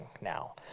now